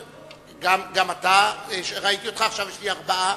גם אתה, ראיתי אותך, עכשיו יש לי ארבעה,